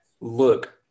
look